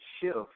shift